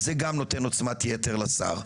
זה גם נותן עוצמת יתר לשר.